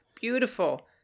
Beautiful